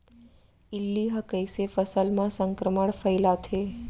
इल्ली ह कइसे फसल म संक्रमण फइलाथे?